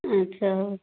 ଆଚ୍ଛା ହଉ